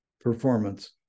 performance